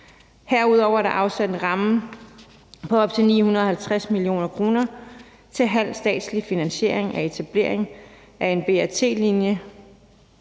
Herudover er der afsat en ramme for op til 950 mio. kr. til halv statslig finansiering og etablering af en BRT-linje